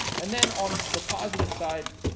and then, on the positive side,